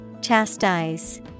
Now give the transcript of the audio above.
Chastise